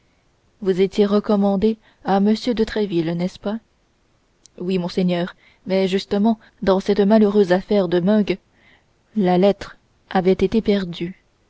vous étiez recommandé à m de tréville n'est-ce pas oui monseigneur mais justement dans cette malheureuse affaire de meung la lettre avait été perdue